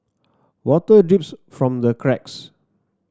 water drips from the cracks